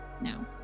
now